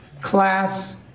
class